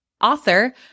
author